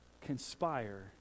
conspire